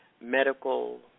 medical